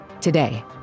Today